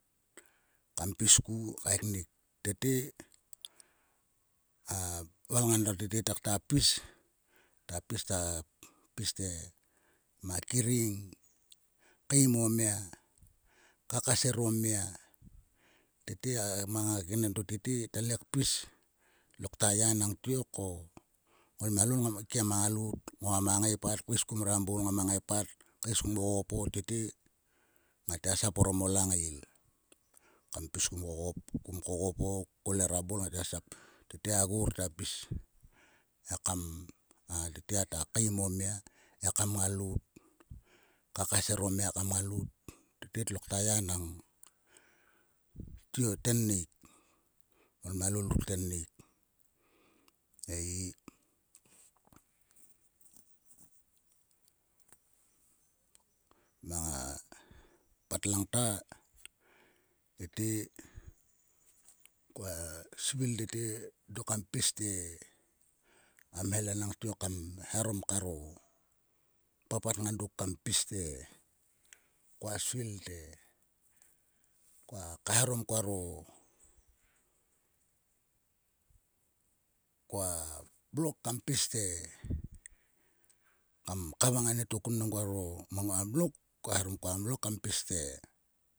Kam pis ku kaiknik. Tete a valngan ta tete takta pis. Ta pis. ta pis te nma kering. keim o mia. kakaser o mia. Tete mang a keknen to tete tale kpis. Tlokta ya enang tiok ko. Ngolmialol ngam keikiem a ngailout. ngama ngai pat kaeskum rabaul. ngama ngai pat kaes mom kokopo. Tete ngata sap orom a langail kam pis kum kokopo kol e rabaul ngata sap. Tete a gor ta pis ekam tete ngata keim o mia ekam a ngailout. Tete tlokta ya enang tennik. Ngolmialol ruk tennik ei. Mang a pat langta. tete koa svil tete dok kam pis te. a mhel enang tiok kam eharom karo papat nga dok kam pis te. Koa svil te koa kaelharom koaro. koa blok kam pis te kam kavang anieto kun mnam koaro koa blok kam pis te.